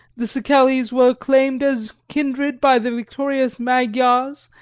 the szekelys were claimed as kindred by the victorious magyars,